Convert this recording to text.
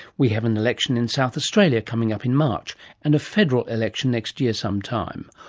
we have an election in south australia coming up in march and a federal election next year some time,